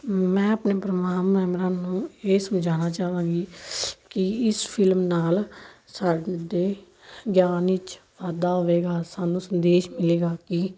ਮੈਂ ਆਪਣੇ ਪਰਿਵਾਰ ਮੈਂਬਰਾਂ ਨੂੰ ਇਹ ਸਮਝਾਉਣਾ ਚਾਹਵਾਂਗੀ ਕਿ ਇਸ ਫਿਲਮ ਨਾਲ ਸਾਡੇ ਗਿਆਨ ਵਿੱਚ ਵਾਧਾ ਹੋਵੇਗਾ ਸਾਨੂੰ ਸੰਦੇਸ਼ ਮਿਲੇਗਾ ਕਿ